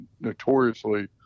notoriously